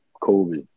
Kobe